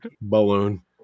Balloon